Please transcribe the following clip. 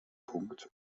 punkt